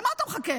למה אתה מחכה?